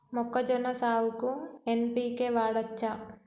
మొక్కజొన్న సాగుకు ఎన్.పి.కే వాడచ్చా?